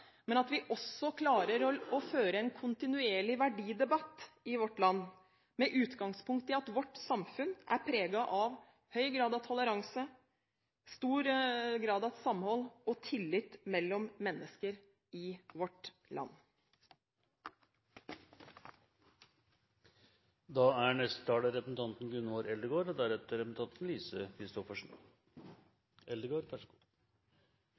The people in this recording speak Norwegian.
Vi må også klare å føre en kontinuerlig verdidebatt i vårt land, med utgangspunkt i at vårt samfunn er preget av høy grad av toleranse, stor grad av samhold og tillit mellom mennesker i vårt